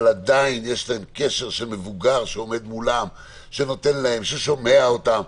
עדיין יש להם קשר של מבוגר שעומד מולם ששמוע אותם,